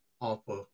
offer